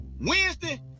Wednesday